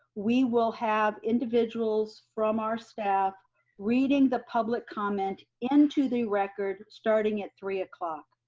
we will have individuals from our staff reading the public comment into the record starting at three o'clock.